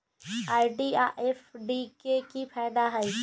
RD आ FD के कि फायदा हई?